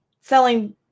selling